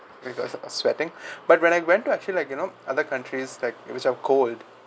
because uh sweating but when I went to I feel like you know other countries like which is cold